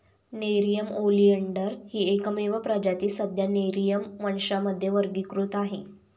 Nerium oleander ही एकमेव प्रजाती सध्या नेरिअम वंशामध्ये वर्गीकृत आहे